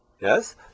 Yes